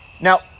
now